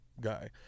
guy